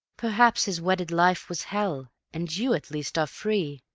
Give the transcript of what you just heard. perhaps his wedded life was hell and you, at least, are free.